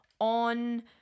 on